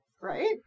right